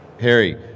Harry